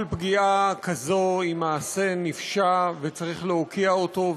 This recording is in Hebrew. כל פגיעה כזאת היא מעשה נפשע שצריך להוקיע אותו,